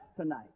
tonight